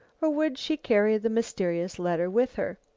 or would she carry the mysterious letter with her?